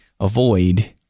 Avoid